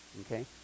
okay